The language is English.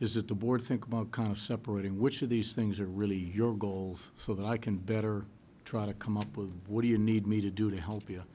is that the board think about kind of separating which of these things are really your goals so that i can better try to come up with what do you need me to do to help y